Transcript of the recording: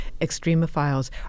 extremophiles